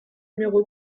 numéro